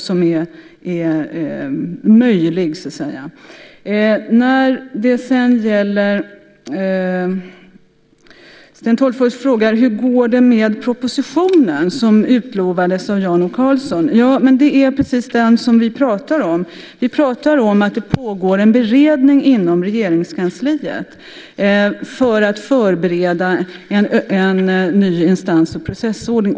Sten Tolgfors frågar hur det går med den proposition som utlovades av Jan O Karlsson. Det är precis den som vi pratar om. Det pågår en beredning inom Regeringskansliet för att förbereda en ny instans och processordning.